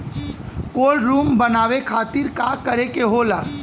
Cold room बनावे खातिर का करे के होला?